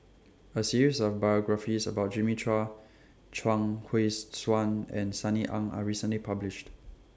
A series of biographies about Jimmy Chua Chuang Hui's Tsuan and Sunny Ang Are recently published